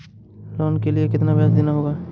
Loan के लिए कितना ब्याज देना होगा?